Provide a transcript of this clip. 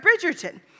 Bridgerton